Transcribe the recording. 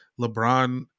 LeBron